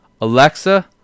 Alexa